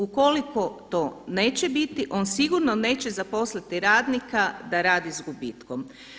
Ukoliko to neće biti on sigurno neće zaposliti radnika da radi sa gubitkom.